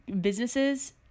businesses